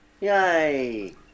Yay